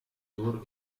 tour